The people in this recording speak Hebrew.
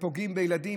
ופוגעים בילדים,